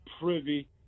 privy